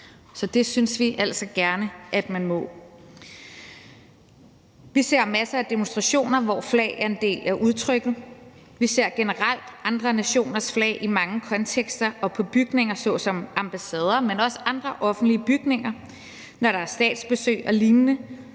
Så det synes vi altså gerne man må. Vi ser masser af demonstrationer, hvor flag er en del af udtrykket; vi ser generelt andre nationers flag i mange kontekster og på bygninger såsom ambassader, men også på andre offentlige bygninger, når der er statsbesøg og lignende.